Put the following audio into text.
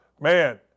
man